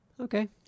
Okay